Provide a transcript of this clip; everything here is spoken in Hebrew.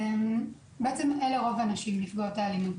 בעצם אלה רוב הנשים נפגעות האלימות.